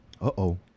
Uh-oh